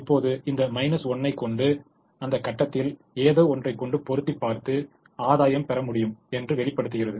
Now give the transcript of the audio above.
இப்போது இந்த 1 ஐ கொண்டு அந்த கட்டத்தில் ஏதோ ஒன்றை கொண்டு பொருத்தி பார்த்து ஆதாயம் பெற முடியும் என்று வெளிப்படுத்துகிறது